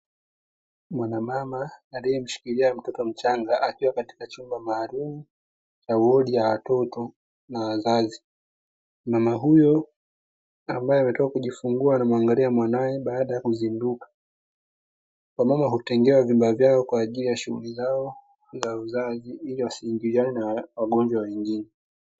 Mwanamama aliyemshikilia mtoto mchanga akiwa katika chumba maalumu cha wodi ya watoto na wazazi. Mama huyo ambae ametoka kujifungua anamuangalia mwanae baada ya kuzinduka. Wamama hutengewa vyumba vyao kwa ajili ya shughuli zao za uzazi ili wasiingiliane na wagonjwa wengine.